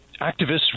activists